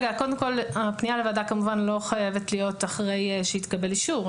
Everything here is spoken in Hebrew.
הפנייה לוועדה כמובן לא חייבת להיות אחרי שהתקבל אישור.